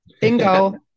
bingo